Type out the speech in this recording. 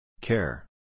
care